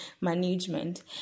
management